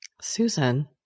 Susan